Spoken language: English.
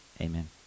Amen